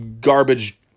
garbage